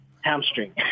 hamstring